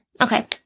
Okay